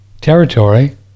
territory